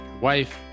wife